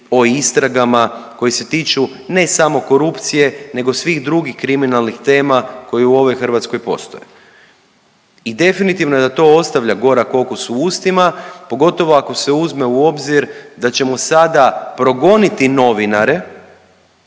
o istragama koje se tiču ne samo korupcije, nego svih drugih kriminalnih tema koje u ovoj Hrvatskoj postoje. I definitivno je da to ostavlja gorak okus u ustima, pogotovo ako se uzme u obzir da ćemo sada progoniti novinare